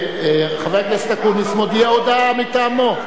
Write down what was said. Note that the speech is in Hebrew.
חבר הכנסת אקוניס מודיע הודעה מטעמו,